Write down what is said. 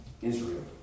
Israel